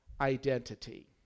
identity